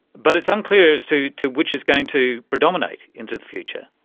but it's unclear as to to which is going to predominate into the future.